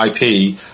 IP